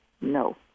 No